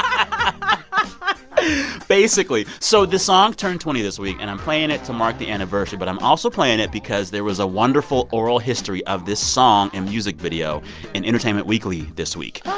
um ah basically. so this song turned twenty this week. and i'm playing it to mark the anniversary. but i'm also playing it because there was a wonderful oral history of this song and music video in entertainment weekly this week.